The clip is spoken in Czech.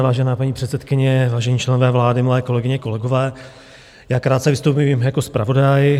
Vážená paní předsedkyně, vážení členové vlády, milé kolegyně, kolegové, krátce vystoupím jako zpravodaj.